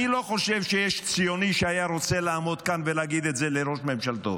אני לא חושב שיש ציוני שהיה רוצה לעמוד כאן ולהגיד את זה לראש ממשלתו,